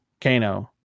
Kano